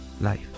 life